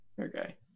Okay